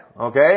Okay